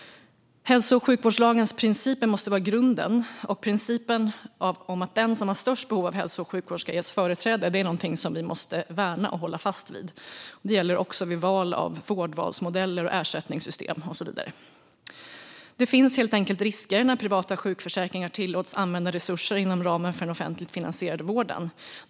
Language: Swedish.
Hälso och sjukvårdslagens principer måste vara grunden, och principen om att den som har störst behov av hälso och sjukvård ska ges företräde är något vi måste värna och hålla fast vid. Detta gäller också vid val av vårdvalsmodeller, ersättningssystem och så vidare. Det finns helt enkelt risker när privata sjukförsäkringar tillåts använda resurser inom ramen för den offentligt finansierade vården.